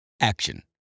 Action